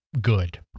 good